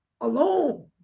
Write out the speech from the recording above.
alone